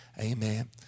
amen